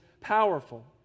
powerful